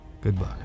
Goodbye